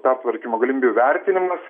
pertvarkymo galimybių vertinimas